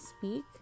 speak